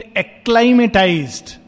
acclimatized